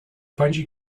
bungee